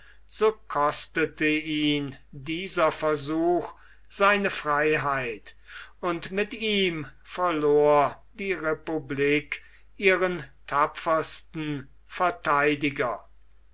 so kostete ihn dieser versuch seine freiheit und mit ihm verlor die republik ihren tapfersten verteidiger